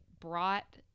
brought